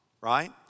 right